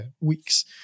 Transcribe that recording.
weeks